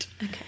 okay